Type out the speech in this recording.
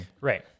Right